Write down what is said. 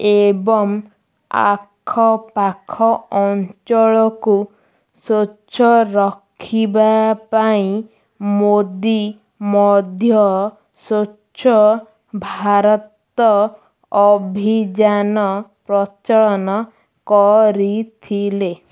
ଏବଂ ଆଖପାଖ ଅଞ୍ଚଳକୁ ସ୍ୱଚ୍ଛ ରଖିବା ପାଇଁ ମୋଦୀ ମଧ୍ୟ ସ୍ୱଚ୍ଛ ଭାରତ ଅଭିଯାନ ପ୍ରଚଳନ କରିଥିଲେ